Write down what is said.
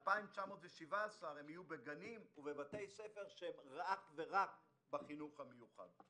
ו-2,717 יהיו בגנים ובבתי ספר שהם רק חינוך מיוחד.